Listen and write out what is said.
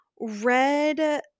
red –